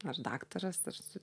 nors daktaras tarsi